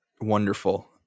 Wonderful